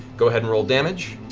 go ahead and roll damage.